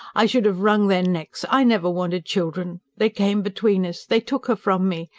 i should have wrung their necks. i never wanted children. they came between us. they took her from me.